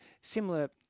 similar